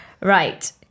Right